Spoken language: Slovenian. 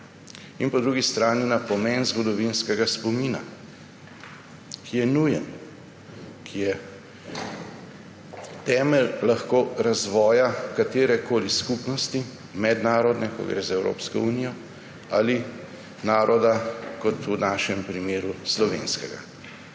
in po drugi strani na pomen zgodovinskega spomina, ki je nujen, ki je lahko temelj razvoja katerekoli skupnosti, mednarodne, ko gre za Evropsko unijo, ali naroda, v našem primeru slovenskega.